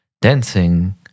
dancing